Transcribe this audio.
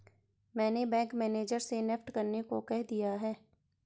मैंने bank manager से NEFT करने को कह दिया है